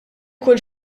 kull